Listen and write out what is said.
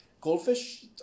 Goldfish